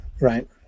right